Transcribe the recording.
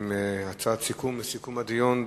עם הצעה לסיכום הדיון,